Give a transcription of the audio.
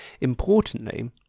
Importantly